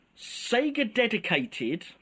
Sega-dedicated